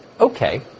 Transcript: Okay